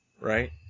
right